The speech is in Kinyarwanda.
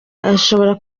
ashobora